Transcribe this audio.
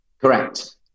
Correct